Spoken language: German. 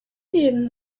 nehmen